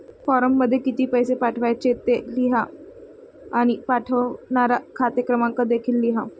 फॉर्ममध्ये किती पैसे पाठवायचे ते लिहा आणि पाठवणारा खाते क्रमांक देखील लिहा